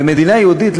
במדינה יהודית,